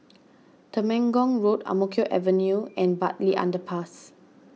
Temenggong Road Ang Mo Kio Avenue and Bartley Underpass